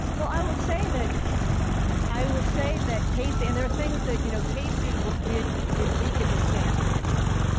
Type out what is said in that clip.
well, i will say that i will say that casey. and there are things that. you know, casey did did weaken the standard in roe,